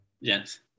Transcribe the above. yes